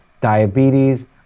diabetes